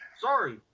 Sorry